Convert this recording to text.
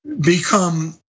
become